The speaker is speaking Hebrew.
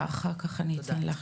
ואחר כך אני אתן לך,